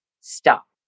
stop